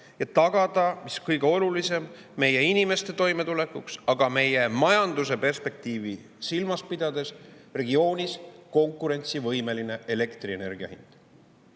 ja tagada – see on kõige olulisem – meie inimeste toimetulekuks, aga ka meie majanduse perspektiivi silmas pidades regioonis konkurentsivõimeline elektrienergia hind.